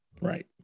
Right